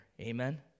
Amen